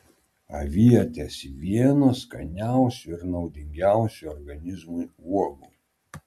avietės vienos skaniausių ir naudingiausių organizmui uogų